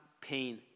pain